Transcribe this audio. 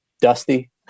dusty